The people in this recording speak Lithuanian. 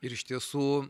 ir iš tiesų